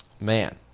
man